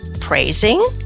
praising